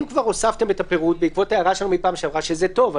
אם כבר הוספתם את הפירוט בעקבות הערה שלנו מפעם שעברה שזה טוב,